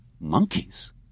Monkeys